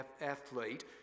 athlete